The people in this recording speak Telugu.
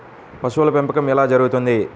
పశువుల పెంపకం ఎలా జరుగుతుంది?